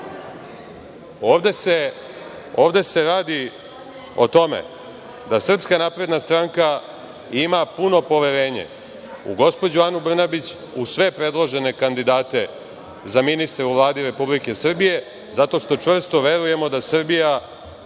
se radi o tome da SNS ima puno poverenje u gospođu Anu Brnabić uz sve predložene kandidate za ministre u Vladi Republike Srbije, zato što čvrsto verujemo da Srbija